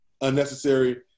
unnecessary